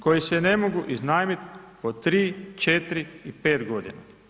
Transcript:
Koji se ne mogu iznajmiti po 3, 4 i 5 godina.